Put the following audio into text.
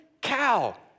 cow